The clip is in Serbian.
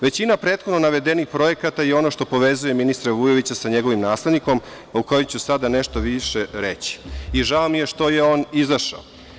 Većina prethodno navedenih projekata je ono što povezuje ministra Vujovića sa njegovim naslednikom, o kojem ću sada nešto više reći i žao mi je što je on izašao.